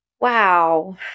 Wow